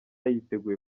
yiteguye